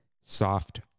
Soft